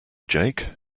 jake